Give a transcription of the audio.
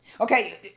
okay